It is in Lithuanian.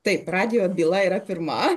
taip radijo byla yra pirma